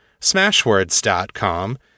Smashwords.com